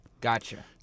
gotcha